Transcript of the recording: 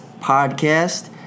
Podcast